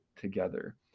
together